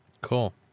Cool